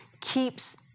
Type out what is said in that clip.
keeps